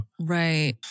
Right